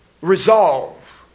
resolve